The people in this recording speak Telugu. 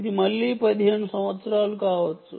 ఇది మళ్ళీ 15 సంవత్సరాలు కావచ్చు